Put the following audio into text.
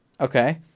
Okay